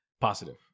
Positive